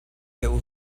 deuh